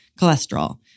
cholesterol